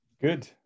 Good